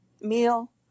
meal